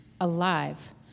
alive